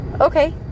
Okay